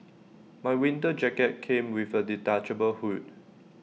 my winter jacket came with A detachable hood